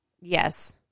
Yes